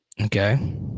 Okay